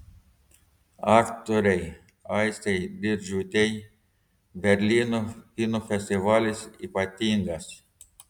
aktorei aistei diržiūtei berlyno kino festivalis ypatingas